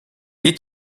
est